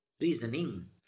reasoning